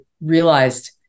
realized